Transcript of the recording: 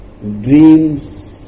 dreams